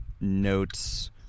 notes